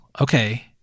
okay